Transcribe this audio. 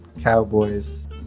cowboys